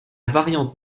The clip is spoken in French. variante